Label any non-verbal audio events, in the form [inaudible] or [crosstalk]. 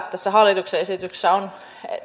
[unintelligible] tässä hallituksen esityksessä on